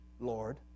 Lord